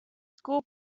school